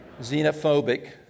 xenophobic